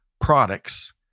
products